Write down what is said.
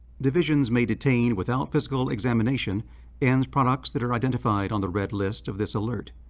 divisions may detain without physical examination ends products that are identified on the red list of this alert.